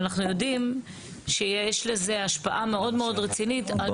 ואנחנו יודעים שיש לזה השפעה מאוד מאוד רצינית על